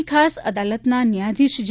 ની ખાસ અદાલતના ન્યાયાધીશ જે